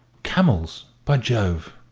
camels, by jove!